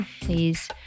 Please